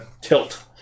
tilt